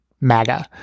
MAGA